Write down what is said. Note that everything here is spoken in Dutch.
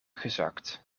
gezakt